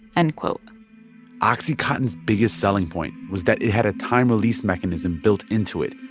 end quote oxycontin's biggest selling point was that it had a time-release mechanism built into it.